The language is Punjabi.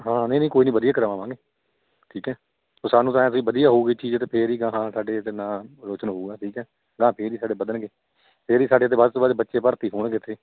ਹਾਂ ਨਹੀਂ ਨਹੀਂ ਕੋਈ ਨਹੀਂ ਵਧੀਆ ਕਰਵਾਵਾਂਗੇ ਠੀਕ ਹੈ ਸਾਨੂੰ ਤਾਂ ਐਂ ਸੀ ਵਧੀਆ ਹੋਊਗੀ ਚੀਜ਼ ਅਤੇ ਫਿਰ ਹੀ ਅਗਾਂਹਾਂ ਸਾਡੇ ਤਾਂ ਨਾਂ ਰੌਸ਼ਨ ਹੋਊਗਾ ਠੀਕ ਹੈ ਅਗਾਂਹ ਫਿਰ ਹੀ ਸਾਡੇ ਵੱਧਣਗੇ ਫਿਰ ਹੀ ਸਾਡੇ ਤਾਂ ਵੱਧ ਤੋਂ ਵੱਧ ਬੱਚੇ ਭਰਤੀ ਹੋਣਗੇ ਇੱਥੇ